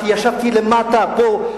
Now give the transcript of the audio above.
ישבתי למטה, פה,